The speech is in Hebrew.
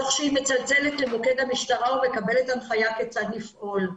תוך שהיא מצלצלת למוקד המשטרה ומקבלת הנחייה כיצד לפעול.